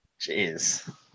jeez